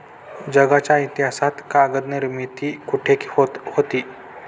जगाच्या इतिहासात कागद निर्मिती कुठे होत होती?